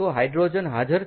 તો હાઈડ્રોજન હાજર છે